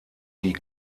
die